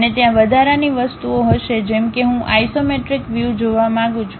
અને ત્યાં વધારાની વસ્તુઓ હશે જેમ કે હું આઇસોમેટ્રિક વ્યૂ જોવા માંગુ છું